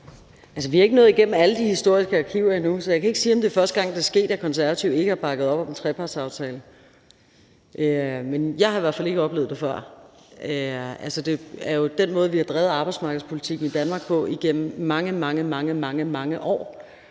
Vi er ikke nået igennem alle de historiske arkiver endnu, så jeg kan ikke sige, om det er første gang, det er sket, at Konservative ikke har bakket op om en trepartsaftale, men jeg har i hvert fald ikke oplevet det før. Det er jo den måde, vi har drevet arbejdsmarkedspolitikken på i Danmark igennem mange, mange år, nemlig